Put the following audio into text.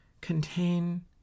contain